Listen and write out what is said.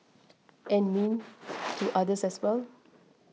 and mean to others as well